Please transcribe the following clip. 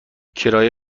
کرایه